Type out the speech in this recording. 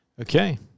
okay